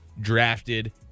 drafted